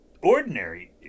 ordinary